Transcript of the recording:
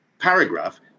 paragraph